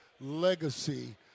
legacy